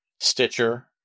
Stitcher